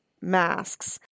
masks